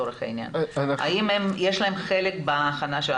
האם יש להם חלק בהכנה?